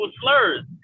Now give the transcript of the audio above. slurs